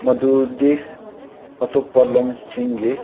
ꯃꯗꯨꯗꯤ ꯑꯇꯣꯞꯄ ꯂꯣꯟꯁꯤꯡꯒꯤ